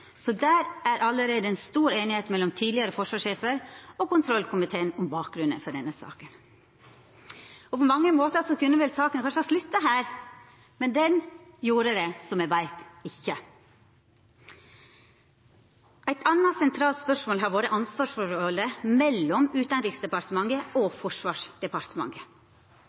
Så det er allerede en stor enighet mellom tidligere forsvarssjefer og kontrollkomiteen om bakgrunnen for denne saken.» På mange måtar kunne vel saka kanskje ha slutta her, men det gjorde ho som me veit, ikkje. Eit anna sentralt spørsmål har vore ansvarsforholdet mellom Utanriksdepartementet og Forsvarsdepartementet.